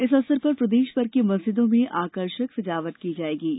इस अवसर पर प्रदेशभर की मस्जिदों में आकर्षक संजावट की जा रही है